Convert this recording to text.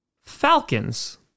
Falcons